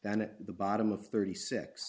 then at the bottom of thirty six